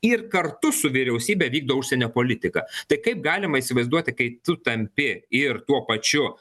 ir kartu su vyriausybe vykdo užsienio politiką tai kaip galima įsivaizduoti kai tu tampi ir tuo pačiu